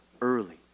early